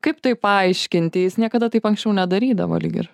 kaip tai paaiškinti jis niekada taip anksčiau nedarydavo lyg ir